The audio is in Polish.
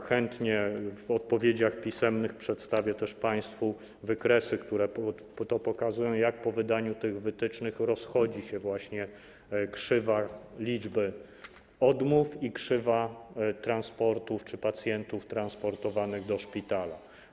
Chętnie w odpowiedziach pisemnych przedstawię państwu też wykresy, które pokazują, jak po wydaniu tych wytycznych rozchodzi się właśnie krzywa liczby odmów i krzywa transportów czy pacjentów transportowanych do szpitala.